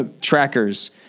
trackers